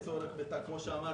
כפי שאמרתי,